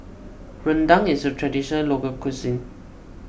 Rendang is a Traditional Local Cuisine